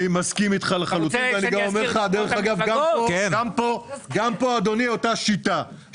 אני לחלוטין מסכים איתך ואני גם אומר לך שגם פה אדוני אותה שיטה.